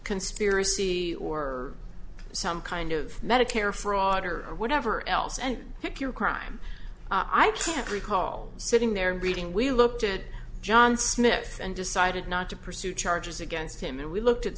conspiracy or some kind of medicare fraud or whatever else and pick your crime i can't recall sitting there reading we looked at john smith and decided not to pursue charges against him and we looked at